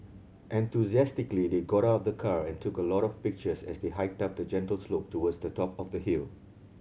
enthusiastically they got out of the car and took a lot of pictures as they hiked up a gentle slope towards the top of the hill